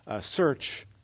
search